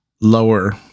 lower